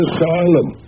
Asylum